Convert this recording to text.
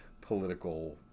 political